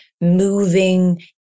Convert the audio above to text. moving